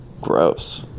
Gross